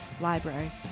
Library